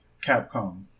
Capcom